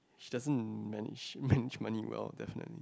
she doesn't manage manage money well definitely